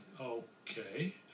okay